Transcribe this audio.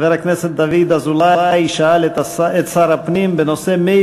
חבר הכנסת דוד אזולאי שאל את שר הפנים בנושא: מי